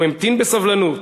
הוא המתין בסבלנות